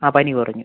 ആ പനി കുറഞ്ഞു